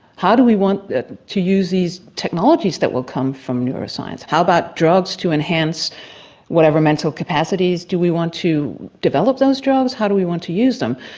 how do we want to use these technologies that will come from neuroscience? how about drugs to enhance whatever mental capacities do we want to develop those drugs? how do we want to use them?